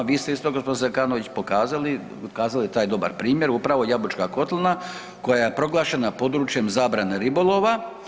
Vi ste isto g. Zekanović pokazali, kazali taj dobar primjer upravo Jabučka kotlina koja je proglašena područjem zabrane ribolova.